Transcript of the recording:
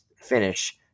finish